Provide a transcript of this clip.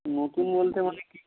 নতুন বলতে মানে কি